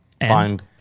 find